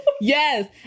Yes